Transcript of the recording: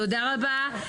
תודה רבה.